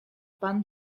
pan